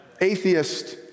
Atheist